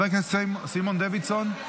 חבר הכנסת סימון דוידסון,